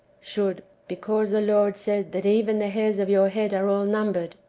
should, because the lord said that even the hairs of your head are all numbered,